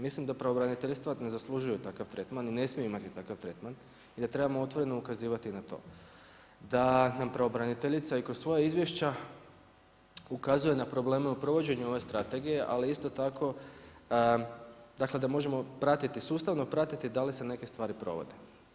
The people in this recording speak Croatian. Mislim da pravobraniteljstva ne zaslužuju takav tretman i ne smiju imati takav tretman i da trebamo otvoreno ukazivati na to da nam pravobraniteljica i kroz svoja izvješća ukazuje na probleme u provođenju ove strategije ali isto tako dakle da možemo sustavno pratiti da li se neke stvari provode.